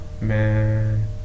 Man